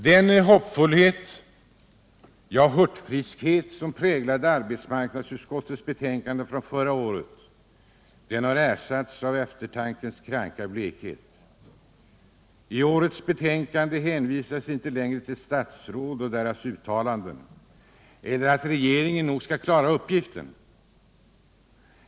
Den hoppfullhet, ja hurtfriskhet, som präglade arbetsmarknadsutskottets betänkande från förra året, har ersatts av eftertankens kranka blekhet. I årets betänkande hänvisas inte längre till statsråd och deras uttalanden eller till att regeringen nog skall klara uppgiften.